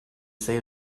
say